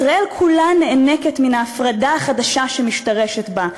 ישראל כולה נאנקת מן ההפרדה החדשה שמשתרשת בה,